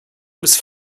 was